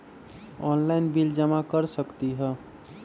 Online bill जमा कर सकती ह?